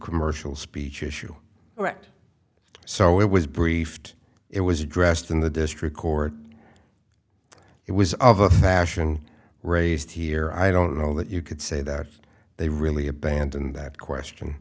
commercial speech issue all right so it was briefed it was addressed in the district court it was other fashion raised here i don't know that you could say that they really abandoned that question